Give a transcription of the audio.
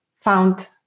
found